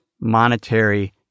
monetary